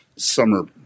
summer